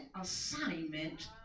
assignment